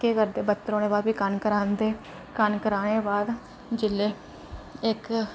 केह् करदे बत्तर होने बाद भी कनक राह्ंदे कनक राह्नें दा बाद जेल्लै इक